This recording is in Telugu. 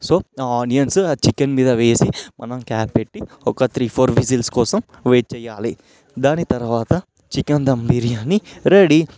సో ఆ ఆనియన్స్ ఆ చికెన్ మీద వేసి మనం క్యాప్ పెట్టి ఒక త్రీ ఫోర్ విజిల్స్ కోసం వెయిట్ చేయాలి దాని తరువాత చికెన్ దమ్ బిర్యాని రెడీ